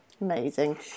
amazing